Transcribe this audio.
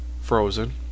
frozen